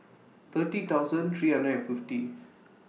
thirty thousand three hundred and fifty